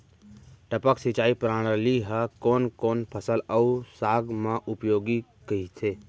टपक सिंचाई प्रणाली ह कोन कोन फसल अऊ साग म उपयोगी कहिथे?